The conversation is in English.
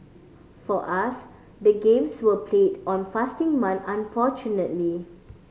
for us the games were played on fasting month unfortunately